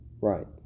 Right